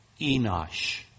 Enosh